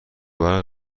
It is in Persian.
برق